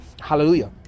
Hallelujah